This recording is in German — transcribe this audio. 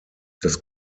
das